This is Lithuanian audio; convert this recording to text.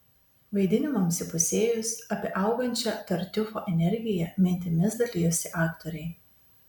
vaidinimams įpusėjus apie augančią tartiufo energiją mintimis dalijosi aktoriai